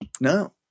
No